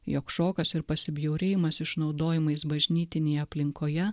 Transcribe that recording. jog šokas ir pasibjaurėjimas išnaudojimais bažnytinėje aplinkoje